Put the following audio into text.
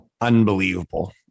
unbelievable